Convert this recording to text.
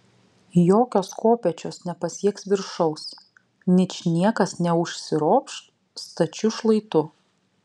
jokios kopėčios nepasieks viršaus ničniekas neužsiropš stačiu šlaitu